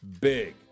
big